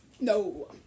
no